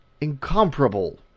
incomparable